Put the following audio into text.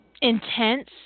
Intense